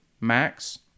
max